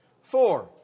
Four